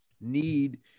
need